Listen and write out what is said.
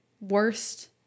worst